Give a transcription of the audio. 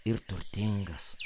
ir turtingas